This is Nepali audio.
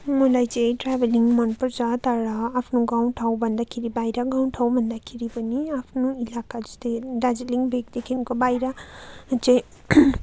मलाई चाहिँ ट्राभलिङ मन पर्छ तर आफ्नो गाउँ ठाउँ भन्दाखेरि बाहिर गाउँ ठाउँ भन्दाखेरि पनि आफ्नो इलाका जस्तै दार्जिलिङ भेगदेखिको बाहिर चाहिँ